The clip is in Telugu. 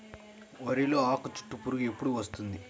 వరిలో ఆకుచుట్టు పురుగు ఎప్పుడు వస్తుంది?